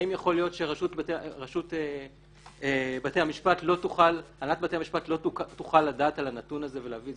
האם יכול להיות שהנהלת בתי המשפט לא תוכל לדעת על הנתון הזה ולהביא את